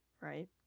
right